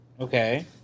Okay